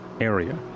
area